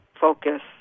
focus